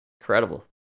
incredible